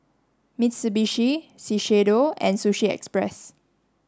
Mitsubishi Shiseido and Sushi Express